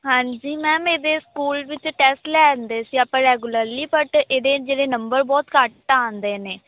ਹਾਂਜੀ ਮੈਮ ਇਹਦੇ ਸਕੂਲ ਵਿੱਚ ਟੈਸਟ ਲੈਂਦੇ ਸੀ ਆਪਾਂ ਰੈਗੂਲਰਲੀ ਬਟ ਇਹਦੇ ਜਿਹੜੇ ਨੰਬਰ ਬਹੁਤ ਘੱਟ ਆਉਂਦੇ ਨੇ